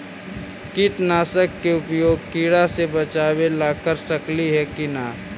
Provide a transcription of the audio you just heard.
कीटनाशक के उपयोग किड़ा से बचाव ल कर सकली हे की न?